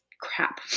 crap